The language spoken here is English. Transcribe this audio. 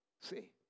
See